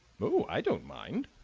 oh, i don't mind,